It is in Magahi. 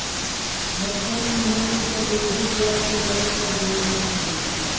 हर छ महीना में चक्रवृद्धि ब्याज के लागू कर देवल जा हई